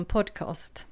Podcast